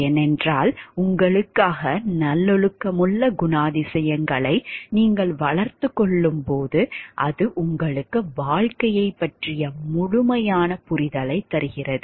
ஏனென்றால் உங்களுக்காக நல்லொழுக்கமுள்ள குணாதிசயங்களை நீங்கள் வளர்த்துக் கொள்ளும்போது அது உங்களுக்கு வாழ்க்கையைப் பற்றிய முழுமையான புரிதலைத் தருகிறது